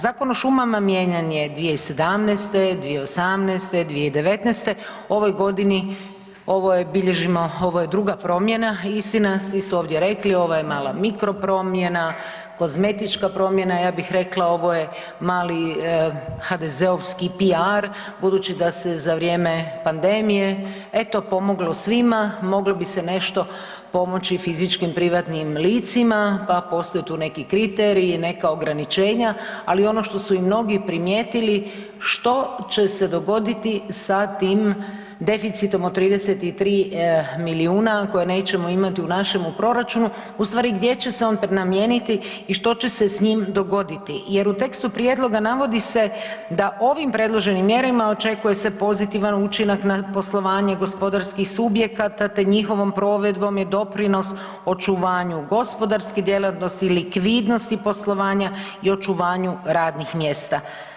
Zakon o šumama mijenjan je 2017., 2018., 2019. u ovoj godini ovo je bilježimo ovo je druga promjena, istina svi su ovdje rekli ovo je mala mikro promjena, kozmetička promjena, ja bih rekla ovo je mali HDZ-ovski PR budući da se za vrijeme pandemije eto pomoglo svima, moglo bi se nešto pomoći fizičkim privatnim licima pa postoje tu neki kriteriji, neka ograničenja, ali ono što su i mnogi primijetili što će se dogoditi sa tim deficitom od 33 milijuna koje nećemo imati u našemu proračunu u stvari gdje će se on prenamijeniti i što će se s njim dogoditi jer u tekstu prijedloga navodi se da ovim predloženim mjerama očekuje se pozitivan učinak na poslovanje gospodarskih subjekata te njihovom provedbom je doprinos očuvanju gospodarske djelatnosti, likvidnosti poslovanja i očuvanju radnih mjesta.